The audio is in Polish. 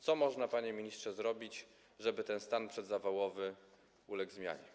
Co można, panie ministrze, zrobić, żeby ten stan przedzawałowy uległ zmianie?